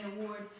Award